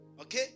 Okay